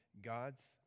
God's